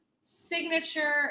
signature